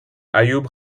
ayub